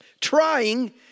Trying